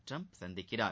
Trump சந்திக்கிறார்